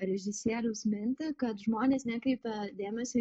režisieriaus mintį kad žmonės nekreipia dėmesio